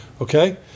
Okay